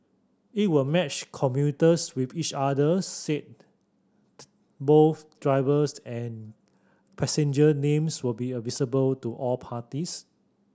it will match commuters with each others said both drivers and passenger names will be visible to all parties